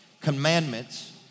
commandments